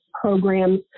programs